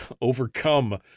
overcome